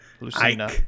Lucina